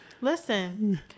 Listen